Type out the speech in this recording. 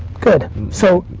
good. so,